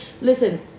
listen